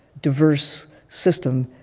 diverse system